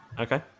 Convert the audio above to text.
Okay